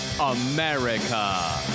America